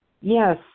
Yes